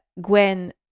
Gwen